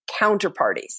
counterparties